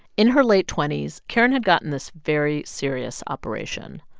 in her late twenty s, karen had gotten this very serious operation.